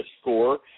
score